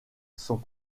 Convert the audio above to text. sont